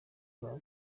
babo